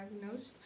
diagnosed